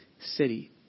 city